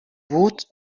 بود